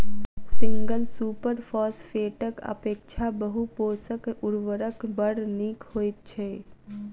single super फौसफेटक अपेक्षा बहु पोषक उर्वरक बड़ नीक होइत छै